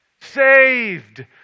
Saved